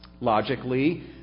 Logically